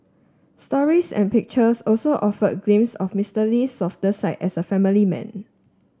stories and pictures also offered glimpses of Mister Lee's softer side as a family man